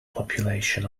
population